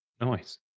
nice